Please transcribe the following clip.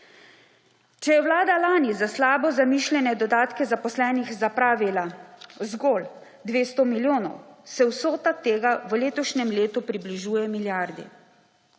Če je vlada lani za slabo zamišljene dodatke zaposlenih zapravila zgolj 200 milijonov, se vsota tega v letošnjem letu približuje milijardi.